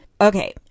Okay